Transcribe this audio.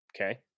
okay